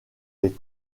les